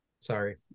Sorry